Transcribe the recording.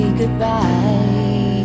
goodbye